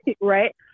Right